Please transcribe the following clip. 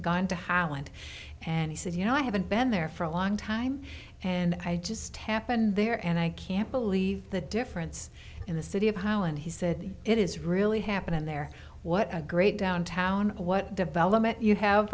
gone to holland and he said you know i haven't been there for a long time and i just happened there and i can't believe the difference in the city of holland he said it is really happening there what a great down town what development you have